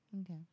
Okay